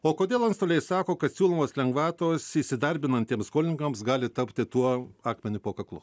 o kodėl antstoliai sako kad siūlomos lengvatos įsidarbinantiems skolininkams gali tapti tuo akmeniu po kaklu